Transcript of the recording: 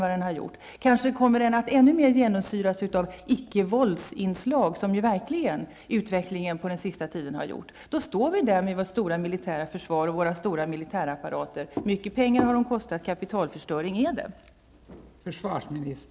Kanske kommer utvecklingen att ännu mer genomsyras av icke-våldsinslag, vilket ju utvecklingen verkligen har gjort under den senaste tiden. I så fall står vi där med vårt stora militära försvar och vår stora militärapparat. Mycket pengar har det kostat, och kapitalförstöring är det.